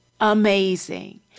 Amazing